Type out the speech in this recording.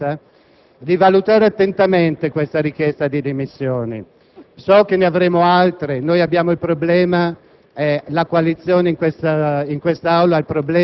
Signor Presidente, onorevoli colleghi,